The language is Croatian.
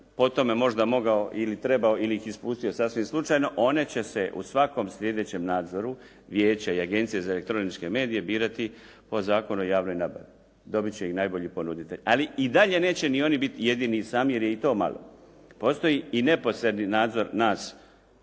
po tome možda mogao, ili trebao, ili ih ispustio sasvim slučajno. One će se u svakom slijedećem nadzoru vijeće i agencija za elektroničke medije birati po Zakonu o javnoj nabavi. Dobit će i najbolji ponuditelj. Ali i dalje neće ni oni biti jedini i sami jer je i to malo. Postoji i neposredni nadzor nas